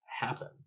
happen